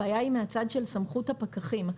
הבעיה היא מהצד של סמכות הפקחים.